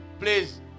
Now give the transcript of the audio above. please